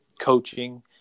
coaching